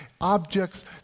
objects